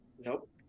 nope